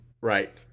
Right